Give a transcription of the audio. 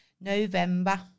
november